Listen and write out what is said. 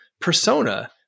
persona